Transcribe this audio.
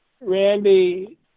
Randy